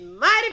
mighty